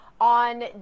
on